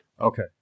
Okay